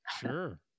Sure